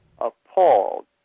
appalled